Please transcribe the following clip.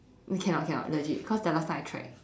cannot cannot legit cause the last time I tried